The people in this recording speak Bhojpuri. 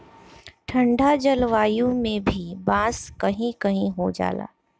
ठंडा जलवायु में भी बांस कही कही हो जाला